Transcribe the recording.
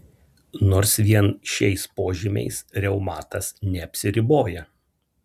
nors vien šiais požymiais reumatas neapsiriboja